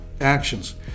actions